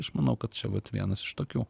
aš manau kad čia vat vienas iš tokių